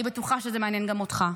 אני בטוחה שזה מעניין גם אותך.